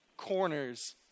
corners